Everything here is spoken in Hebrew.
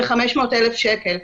ב-500,000 שקל.